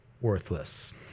worthless